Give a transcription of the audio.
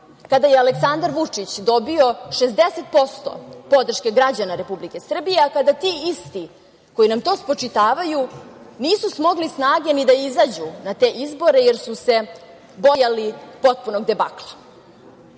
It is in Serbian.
kada je Aleksandar Vučić dobio 60% podrške građana Republike Srbije, a kada ti isti, koji nam to spočitavaju nisu smogli snage, ni da izađu na te izbore, jer su se bojali potpunog